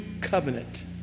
covenant